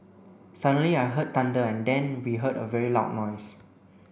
suddenly I heard thunder and then we heard a very loud noise